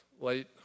Late